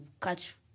catch